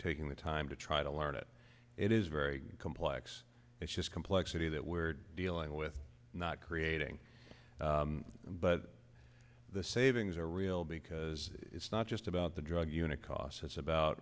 taking the time to try to learn it it is very complex it's just complexity that we're dealing with not creating but the savings are real because it's not just about the drug unit costs it's about